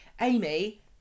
Amy